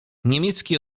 niemiecki